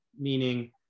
meaning